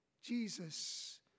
Jesus